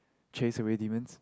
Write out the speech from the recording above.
chase away demons